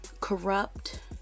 corrupt